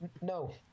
No